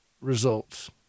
results